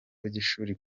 by’ishuri